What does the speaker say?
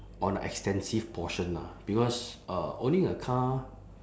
on the extensive portion lah because uh owning a car